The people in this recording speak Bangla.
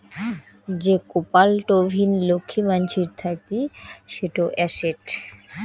যে কপাল টঙ্নি লক্ষী মানসির থাকি সেটো এসেট